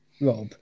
Rob